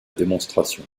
démonstration